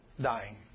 dying